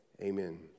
Amen